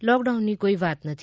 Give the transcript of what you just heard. લોકડાઉનની કોઇ વાત નથી